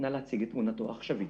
נא להציג את תמונתו העכשווית.